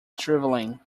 drivelling